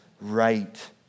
right